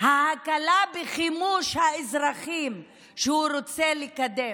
ההקלה בחימוש האזרחים שהוא רוצה לקדם,